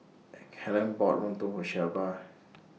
Helyn bought Lontong For Shelba